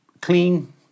clean